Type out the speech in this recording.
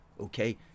okay